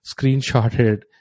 screenshotted